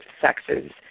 sexes